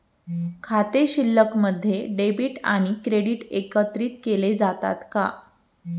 खाते शिल्लकमध्ये डेबिट आणि क्रेडिट एकत्रित केले जातात का?